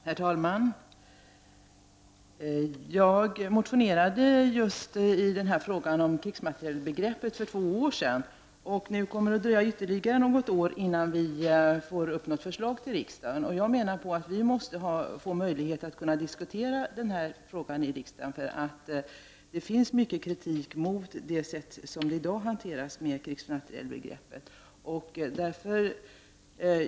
Herr talman! Jag motionerade för två år sedan i just frågan om krigsmaterielbegreppet. Nu kommer det att dröja ytterligare något år, innan vi får något förslag till riksdagen. Jag menar att vi måste få möjlighet att diskutera denna fråga i riksdagen. Det finns mycket kritik mot det sätt som man i dag hanterar krigsmaterielbegreppet på.